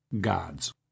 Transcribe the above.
gods